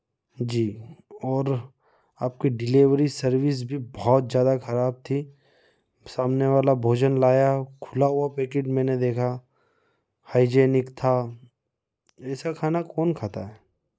जी और आपकी delivery service भी बहुत ज़्यादा ख़राब थी सामने वाला भोजन लाया खुला हुआ पैकेट मैंने देखा हाईजेनिक था ऐसा खाना कौन खाता है